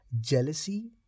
jealousy